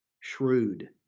shrewd